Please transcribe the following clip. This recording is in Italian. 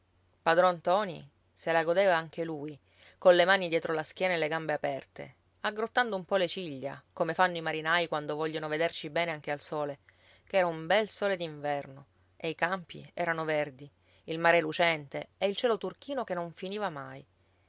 padron ntoni se la godeva anche lui colle mani dietro la schiena e le gambe aperte aggrottando un po le ciglia come fanno i marinai quando vogliono vederci bene anche al sole che era un bel sole d'inverno e i campi erano verdi il mare lucente e il cielo turchino che non finiva mai